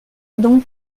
donc